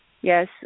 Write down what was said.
Yes